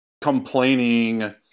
complaining